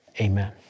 Amen